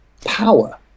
power